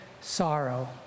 sorrow